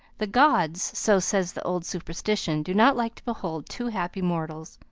the gods, so says the old superstition, do not like to behold too happy mortals.